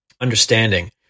understanding